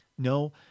No